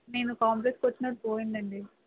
నేను కాంప్లెక్స్కి వచ్చినపుడు పోయిందండీ